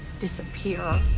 disappear